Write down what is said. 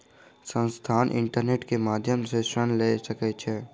संस्थान, इंटरनेट के माध्यम सॅ ऋण लय सकै छै